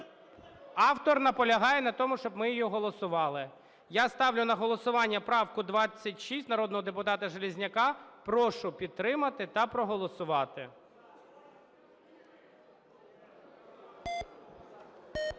автор наполягає на тому, щоб ми її голосували. Я ставлю на голосування правку 26 народного депутата Железняка. Прошу підтримати та проголосувати.